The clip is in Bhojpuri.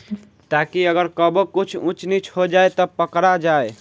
ताकि अगर कबो कुछ ऊच नीच हो जाव त पकड़ा जाए